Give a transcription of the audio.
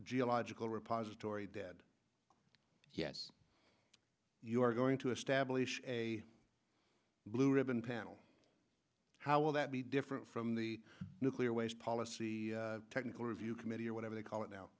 geological repository dead yet you're going to establish a blue ribbon panel how will that be different from the nuclear waste policy technical review committee or whatever they call it